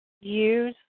use